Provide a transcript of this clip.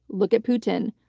look at putin.